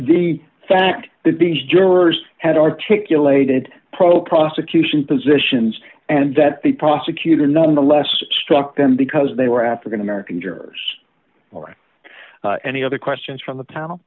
the fact that these jurors had articulated pro prosecution positions and that the prosecutor nonetheless struck them because they were african american jurors or any other questions from the